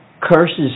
curses